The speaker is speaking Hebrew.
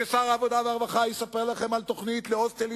ושר הרווחה יספר לכם על תוכנית להוסטלים,